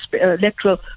electoral